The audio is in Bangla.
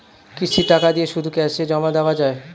কিস্তির টাকা দিয়ে শুধু ক্যাসে জমা দেওয়া যায়?